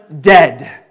dead